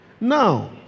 Now